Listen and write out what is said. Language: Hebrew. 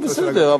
בסדר.